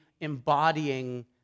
embodying